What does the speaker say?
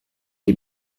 les